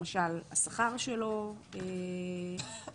למשל, השכר שלו אחר,